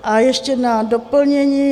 A ještě na doplnění.